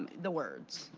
the words.